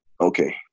okay